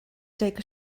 take